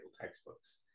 textbooks